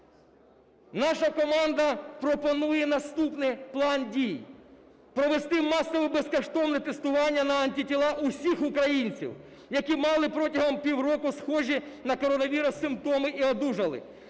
Наша команда пропонує наступний план дій. Провести масове безкоштовне тестування на антитіла у всіх українців, які мали протягом півроку схожі на коронавірус симптоми і одужали;